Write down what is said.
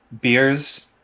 beers